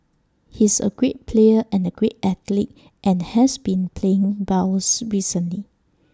he's A great player and A great athlete and has been playing well recently